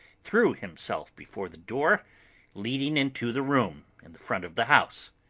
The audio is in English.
threw himself before the door leading into the room in the front of the house.